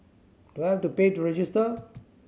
do I have to pay to register